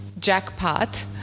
Jackpot